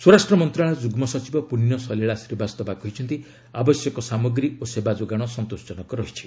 ସ୍ୱରାଷ୍ଟ୍ର ମନ୍ତ୍ରଣାଳୟ ଯୁଗ୍ମ ସଚିବ ପୁଣ୍ୟ ସଲୀଳା ଶ୍ରୀବାସ୍ତବା କହିଛନ୍ତି ଆବଶ୍ୟକ ସାମଗ୍ରୀ ଓ ସେବା ଯୋଗାଣ ସନ୍ତୋଷ ଜନକ ରହିଛି